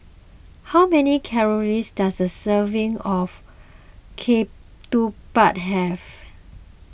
how many calories does a serving of Ketupat have